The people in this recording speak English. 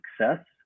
success